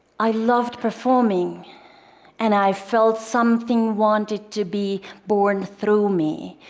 i loved performing and i felt something wanted to be born through me.